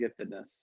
giftedness